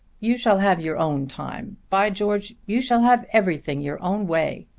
you shall have your own time. by george you shall have everything your own way.